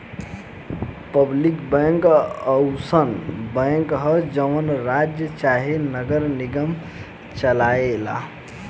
public bank अउसन bank ह जवन राज्य चाहे नगर निगम चलाए ला